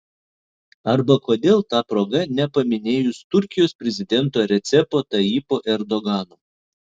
arba kodėl ta proga nepaminėjus turkijos prezidento recepo tayyipo erdogano